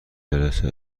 جلسه